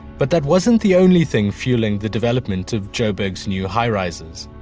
but that wasn't the only thing fueling the development of joburg's new high rises.